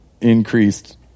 increased